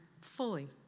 fully